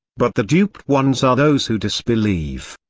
but the duped ones are those who disbelieve.